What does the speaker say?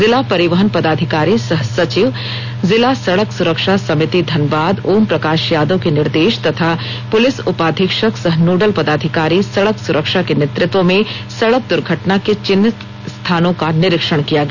जिला परिवहन पदाधिकारी सह सचिव जिला सड़क सुरक्षा समिति धनबाद ओम प्रकाश यादव के निर्देश तथा पुलिस उपाधीक्षक सह नोडल पदाधिकारी सड़क सुरक्षा के नेतृत्व में सड़क दूर्घटना के चिन्हित स्थानों का निरीक्षण किया गया